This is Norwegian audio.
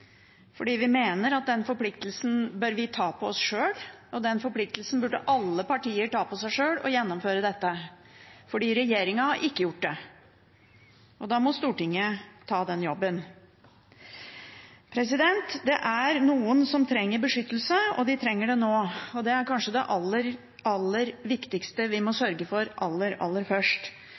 fordi vi mener at det kan forplikte oss mest, og derfor vurderer vi dette annerledes enn det Arbeiderpartiet og Senterpartiet gjør. Vi mener at denne forpliktelsen bør vi ta på oss sjøl, og den forpliktelsen burde alle partier ta på seg sjøl, og gjennomføre den. Fordi regjeringen ikke har gjort det, må Stortinget ta den jobben. Noen trenger beskyttelse, og de trenger det nå. Det er kanskje det aller viktigste vi må sørge for aller